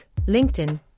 LinkedIn